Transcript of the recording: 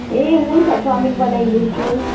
ए हुन्छ चाउमिन बनाइदिन्छु